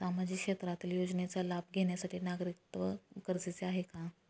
सामाजिक क्षेत्रातील योजनेचा लाभ घेण्यासाठी नागरिकत्व गरजेचे आहे का?